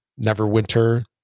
Neverwinter